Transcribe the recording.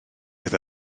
oedd